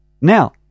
Now